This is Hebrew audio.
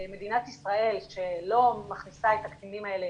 מדינת ישראל שלא מכניסה את הקטינים האלה